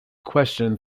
question